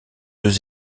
deux